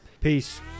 Peace